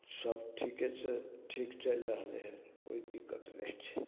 सब ठिकेसे ठीक चलि रहलै हँ कोइ दिक्कत नहि छै